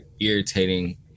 irritating